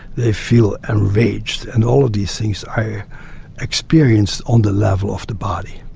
they feel enraged. and all of these things are experienced on the level of the body.